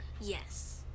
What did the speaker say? Yes